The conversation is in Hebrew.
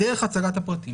דרך הצגת הפרטים.